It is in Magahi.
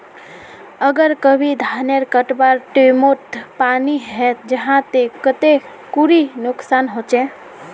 अगर कभी धानेर कटवार टैमोत पानी है जहा ते कते खुरी नुकसान होचए?